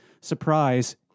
surprise